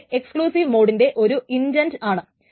പക്ഷെ എക്സ്ക്ളൂസീവ് മോഡിന്റെ ഒരു ഇന്റൻന്റ് ആണ്